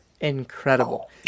Incredible